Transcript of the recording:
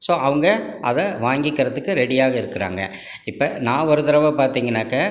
so அவங்க அதை வாங்கிக்கிறதுக்கு ரெடியாக இருக்கிறாங்க இப்போ நான் ஒரு தடவ பார்த்திங்கனாக்க